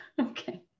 Okay